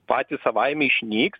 patys savaime išnyks